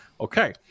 Okay